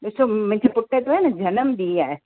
ॾिसो मुंहिंजे पुट जो आहे न जनम ॾींहुं आहे